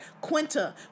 Quinta